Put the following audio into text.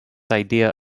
idea